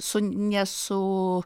su ne su